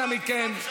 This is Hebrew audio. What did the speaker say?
אנא מכם.